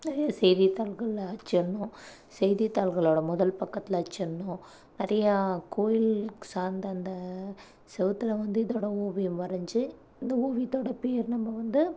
நிறைய செய்தித்தாள்களில் அச்சிடணும் செய்தித்தாள்களோடய முதல் பக்கத்தில் அச்சிடணும் நிறையா கோவில் சார்ந்த அந்த சுவத்துல வந்து இதோடய ஓவியம் வரைஞ்சு இந்த ஓவியத்தோடய பேர் நம்ம வந்து